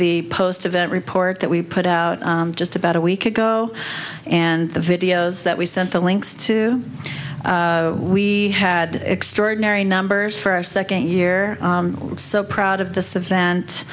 the post event report that we put out just about a week ago and the videos that we sent the links to we had extraordinary numbers for our second year so proud of this event